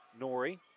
Nori